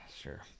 Sure